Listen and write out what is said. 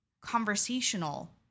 conversational